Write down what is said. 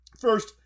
First